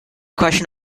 question